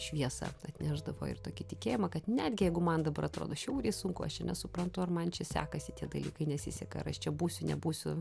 šviesą atnešdavo ir tokį tikėjimą kad netgi jeigu man dabar atrodo žiauriai sunku aš čia nesuprantu ar man čia sekasi tie dalykai nesiseka ar aš čia būsiu nebūsiu